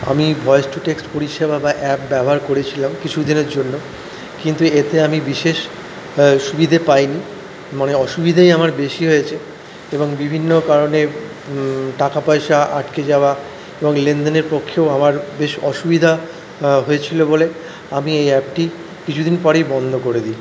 আমি voice to text পরিষেবা বা অ্যাাপ ব্যবহার করেছিলাম কিছু দিনের জন্য কিন্তু এতে আমি বিশেষ সুবিধা পাইনি মানে অসুবিধেই আমার বেশি হয়েছে এবং বিভিন্ন কারণে টাকা পয়সা আটকে যাওয়া এবং লেনদেনের পক্ষেও আমার বেশ অসুবিধা হয়েছিল বলে আমি এই অ্যাপটি কিছু দিন পরেই বন্ধ করে দিই